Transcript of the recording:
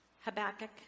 Habakkuk